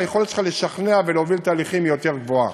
היכולת שלך לשכנע ולהוביל תהליכים היא יותר גדולה.